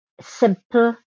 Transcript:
simple